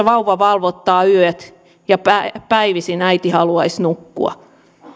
vauva valvottaa yöt ja päivisin äiti haluaisi nukkua